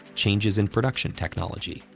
changes in production technology,